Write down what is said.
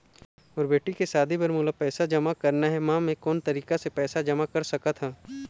मोर बेटी के शादी बर मोला पैसा जमा करना हे, म मैं कोन तरीका से पैसा जमा कर सकत ह?